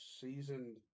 seasoned